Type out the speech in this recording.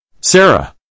Sarah